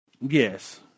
yes